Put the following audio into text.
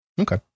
Okay